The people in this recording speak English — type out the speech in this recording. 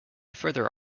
further